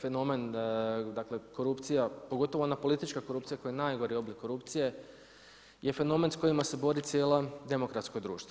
fenomen, dakle korupcija, pogotovo ona politička korupcija, koja je najgori oblik korupcije je fenomen s kojima se bori cijelo demokratsko društvo.